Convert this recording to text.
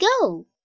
go